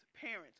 parents